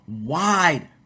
Wide